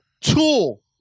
tool